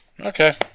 Okay